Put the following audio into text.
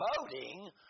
voting